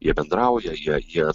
jie bendrauja jie ie